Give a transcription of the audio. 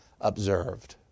observed